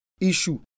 issue